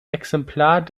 exemplar